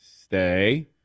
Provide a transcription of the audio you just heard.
Stay